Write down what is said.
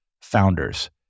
founders